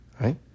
right